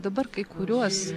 dabar kai kuriuos